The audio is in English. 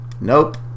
Nope